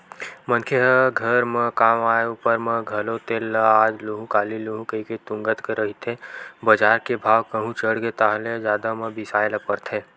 मनखे ह घर म काम आय ऊपर म घलो तेल ल आज लुहूँ काली लुहूँ कहिके तुंगत रहिथे बजार के भाव कहूं चढ़गे ताहले जादा म बिसाय ल परथे